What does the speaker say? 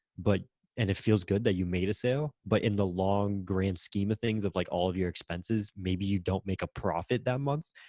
but and it feels good that you made a sale, but in the long grand scheme of things of like all of your expenses, maybe you don't make a profit that month,